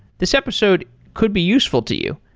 this episode could be useful to you.